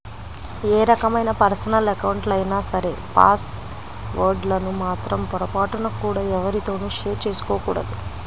ఏ రకమైన పర్సనల్ అకౌంట్లైనా సరే పాస్ వర్డ్ లను మాత్రం పొరపాటున కూడా ఎవ్వరితోనూ షేర్ చేసుకోకూడదు